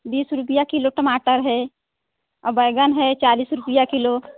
बीस रुपये किलो टमाटर है और बैंगन है चालीस रुपये किलो